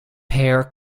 pair